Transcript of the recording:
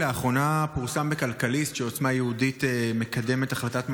לאחרונה פורסם בכלכליסט שעוצמה יהודית מקדמת החלטת ממשלה,